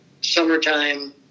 summertime